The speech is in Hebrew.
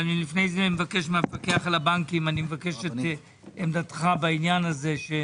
אני מבקש מהמפקח על הבנקים את עמדתך בעניין הזה.